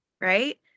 right